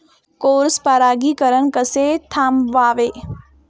Cross परागीकरण कसे थांबवावे?